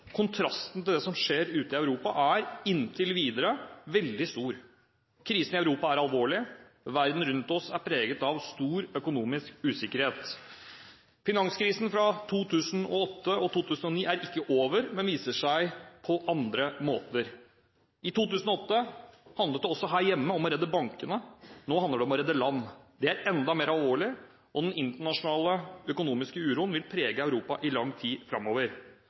Kontrasten til det som skjer ute i Europa, er inntil videre veldig stor. Krisen i Europa er alvorlig. Verden rundt oss er preget av stor økonomisk usikkerhet. Finanskrisen fra 2008 og 2009 er ikke over, men viser seg på andre måter. I 2008 handlet det også her hjemme om å redde bankene. Nå handler det om å redde land. Det er enda mer alvorlig, og den internasjonale økonomiske uroen vil prege Europa i lang tid framover.